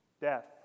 death